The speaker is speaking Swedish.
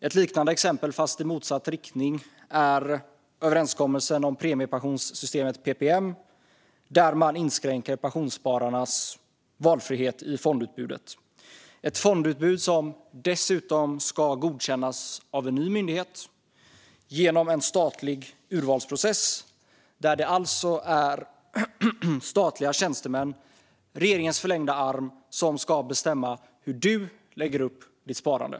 Ett liknande exempel, fast i motsatt riktning, är överenskommelsen om premiepensionssystemet, PPM. Där inskränker man pensionsspararnas valfrihet i fondutbudet - ett fondutbud som dessutom ska godkännas av en ny myndighet genom en statlig urvalsprocess. Det är alltså statliga tjänstemän, regeringens förlängda arm, som ska bestämma hur du ska lägga upp ditt sparande.